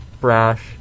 brash